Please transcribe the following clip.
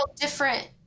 different